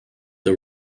the